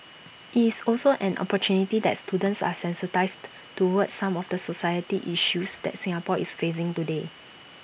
IT is also an opportunity that students are sensitised towards some of the society issues that Singapore is facing today